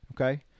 okay